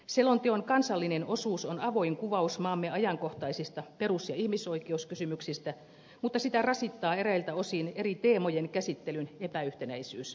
selonteon kansallinen osuus on avoin kuvaus maamme ajankohtaisista perus ja ihmisoikeuskysymyksistä mutta sitä rasittaa eräiltä osin eri teemojen käsittelyn epäyhtenäisyys